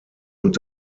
und